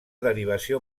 derivació